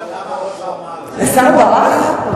השר ברח?